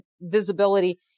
visibility